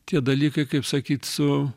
tie dalykai kaip sakyt su